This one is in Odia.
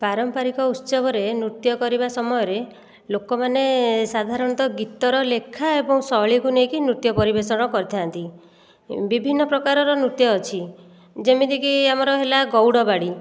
ପାରମ୍ପରିକ ଉତ୍ସବରେ ନୃତ୍ୟ କରିବା ସମୟରେ ଲୋକମାନେ ସାଧାରଣତଃ ଗୀତର ଲେଖା ଏବଂ ଶୈଳୀକୁ ନେଇକି ନୃତ୍ୟ ପରିବେଷଣ କରିଥାନ୍ତି ବିଭିନ୍ନ ପ୍ରକାରର ନୃତ୍ୟ ଅଛି ଯେମିତିକି ଆମର ହେଲା ଗଉଡ଼ ବାଡ଼ି